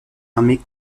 armée